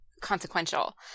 consequential